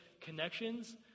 connections